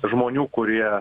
žmonių kurie